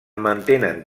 mantenen